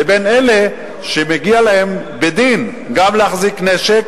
לבין אלה שמגיע להם בדין גם להחזיק נשק